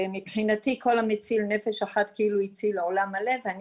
ומבחינתי כל המציל נפש אחת כאילו הציל עולם מלא ואני